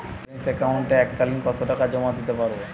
Savings একাউন্টে এক কালিন কতটাকা জমা দিতে পারব?